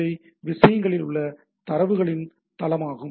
இவை விஷயங்களில் உள்ள தரவின் தரவுத் தளமாகும்